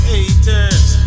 Haters